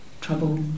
trouble